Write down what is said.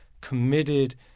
committed—